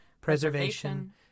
preservation